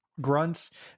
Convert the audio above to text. grunts